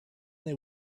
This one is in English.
they